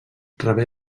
rebé